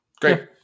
Great